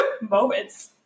moments